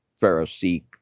Pharisee